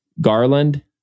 Garland